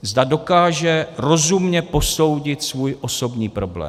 Zda dokáže rozumně posoudit svůj osobní problém.